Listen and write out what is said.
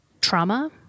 trauma